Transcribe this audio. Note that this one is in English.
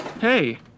Hey